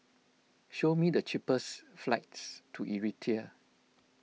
show me the cheapest flights to Eritrea